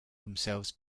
themselves